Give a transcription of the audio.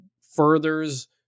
furthers